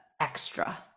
Extra